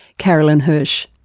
carolyn hirsh.